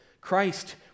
Christ